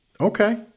Okay